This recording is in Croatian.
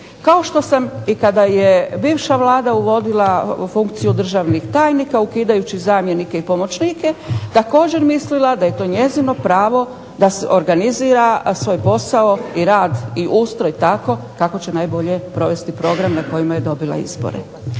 kao što sam kada je bivša Vlada uvodila funkcija državnih tajnika ukidajući pomoćnike također mislila da je to njezino pravo da organizira svoj posao i rad i ustroj tako kako će najbolje provesti program na kojima je dobila izbore.